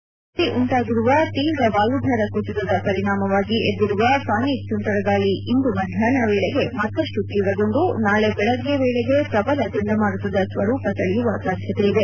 ಬಂಗಾಳಕೊಲ್ಲಿಯಲ್ಲಿ ಉಂಟಾಗಿರುವ ತೀವ್ರ ವಾಯುಭಾರ ಕುಸಿತದ ಪರಿಣಾಮವಾಗಿ ಎದ್ದಿರುವ ಫಾನಿ ಸುಂಟರಗಾಳಿ ಇಂದು ಮಧ್ಯಾಹ್ನದ ವೇಳೆಗೆ ಮತ್ತಷ್ಟು ತೀವ್ರಗೊಂಡು ನಾಳೆ ಬಳಗ್ಗೆ ವೇಳೆಗೆ ಪ್ರಬಲ ಚಂಡಮಾರುತದ ಸ್ವರೂಪ ತಳೆಯುವ ಸಾಧ್ಯತೆಯಿದೆ